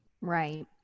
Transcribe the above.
Right